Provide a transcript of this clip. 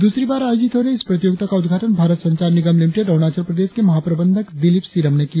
दूसरी बार आयोजित हो रहे इस प्रतियोगिता का उद्घाटन भारत संचार निगम लिमिटेट अरुणाचल प्रदेश के महा प्रबंधक दिलिप सिरम ने किया